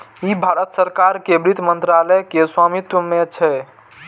ई भारत सरकार के वित्त मंत्रालय के स्वामित्व मे छै